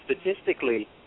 statistically